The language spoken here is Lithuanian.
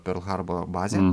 perl harboro bazę